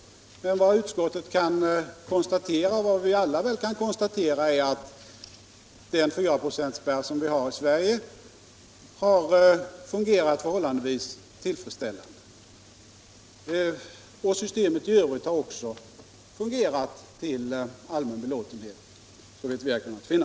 Vad utskottet och vi alla kan konstatera är väl ändå att den fyraprocentsspärr som vi har i Sverige har fungerat förhållandevis tillfredsställande. Systemet i övrigt har också fungerat till allmän belåtenhet, såvitt vi har kunnat finna.